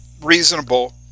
reasonable